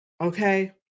Okay